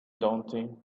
daunting